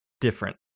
different